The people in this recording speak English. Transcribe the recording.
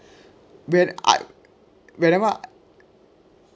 when I whenever I